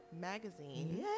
magazine